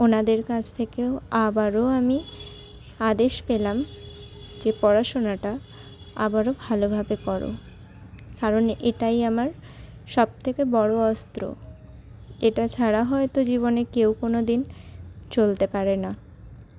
ওঁদের কাছ থেকেও আবারও আমি আদেশ পেলাম যে পড়াশোনাটা আবারও ভালোভাবে করো কারণ এইটাই আমার সবথেকে বড়ো অস্ত্র এটা ছাড়া হয়তো জীবনে কেউ কোনোদিন চলতে পারে না